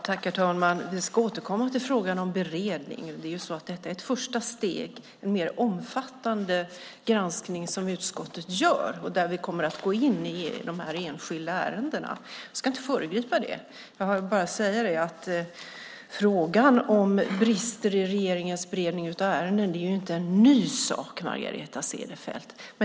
Herr talman! Vi ska återkomma till frågan om beredning: Detta är ju ett första steg i en mer omfattande granskning som utskottet gör där vi kommer att gå in i de enskilda ärendena. Jag ska inte föregripa den. Jag vill bara säga att frågan om brister i regeringens beredning av ärenden inte är någon ny sak, Margareta Cederfelt.